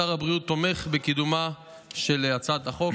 שר הבריאות תומך בקידומה של הצעת החוק.